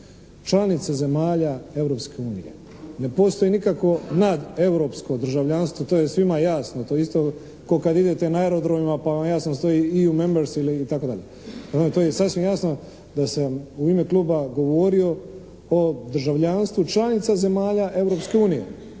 članica zemalja Europske unije. Ne postoji nikakvo nadeuropsko državljanstvo to je svima jasno, to je isto ko kad idete na aerodromima pa ja … /Govornik se ne razumije./ … itd. Prema tome, to je sasvim jasno da sam u ime kluba govorio o državljanstvu članica zemalja